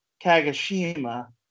Kagoshima